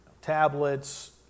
Tablets